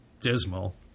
dismal